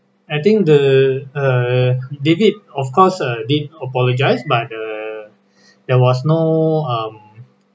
I think the err david of course uh did apologise but the there was no um